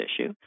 issue